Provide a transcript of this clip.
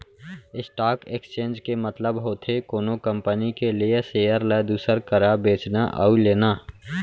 stock exchange के मतलब होथे कोनो कंपनी के लेय सेयर ल दूसर करा बेचना अउ लेना